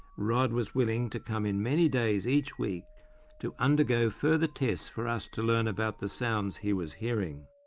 rod was willing to come in many days each week to undergo further tests for us to learn about the sounds he was hearing.